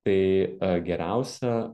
tai geriausia